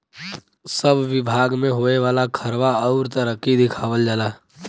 सब बिभाग मे होए वाला खर्वा अउर तरक्की दिखावल जाला